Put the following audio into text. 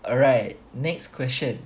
alright next question